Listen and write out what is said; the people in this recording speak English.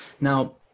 now